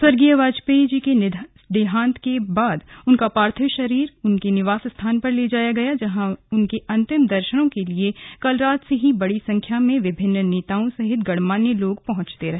स्वर्गीय वाजपेयी के देहांत के बाद उनका पार्थिव शरीर उनके निवास स्थान पर ले जाया गया जहां उनके अंतिम दर्शन के लिए कल रात से ही बड़ी संख्या में विभिन्न नेताओं सहित गणमान्य लोग पहुंचते रहे